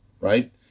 right